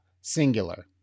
singular